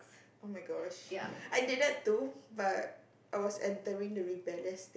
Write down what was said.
oh-my-gosh I did that too but I was entering the rebellious